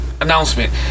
announcement